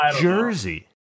Jersey